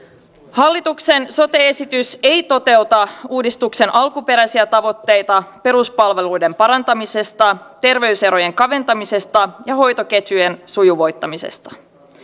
hallituksen sote esitys ei toteuta uudistuksen alkuperäisiä tavoitteita peruspalveluiden parantamisesta terveyserojen kaventamisesta ja hoitoketjujen sujuvoittamisesta